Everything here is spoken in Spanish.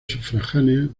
sufragánea